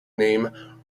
name